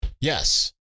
Yes